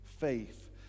faith